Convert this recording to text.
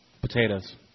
Potatoes